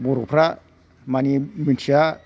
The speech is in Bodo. बर'फ्रा मानि मोनथिया